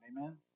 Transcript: amen